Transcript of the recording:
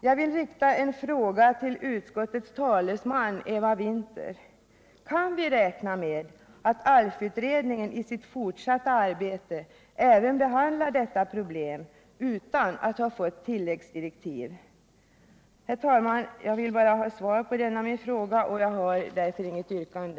Jag vill ställa en fråga till utskottets talesman Eva Winther. Kan man räkna med att ALF-utredningen i sitt fortsatta beredningsarbete även behandlar detta problem — utan att ha fått tilläggsdirektiv? Herr talman! Jag vill bara ha svar på min fråga, och jag har inget yrkande.